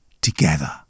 together